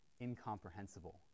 incomprehensible